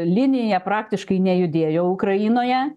linija praktiškai nejudėjo ukrainoje